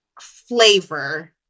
flavor